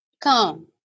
come